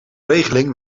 regeling